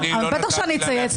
בטח שאני אצייץ.